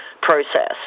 process